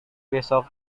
besok